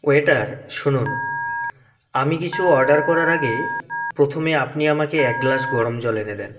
waiter শুনুন আমি কিছু অর্ডার করার আগে প্রথমে আপনি আমাকে এক গ্লাস গরম জল এনে দিন